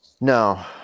No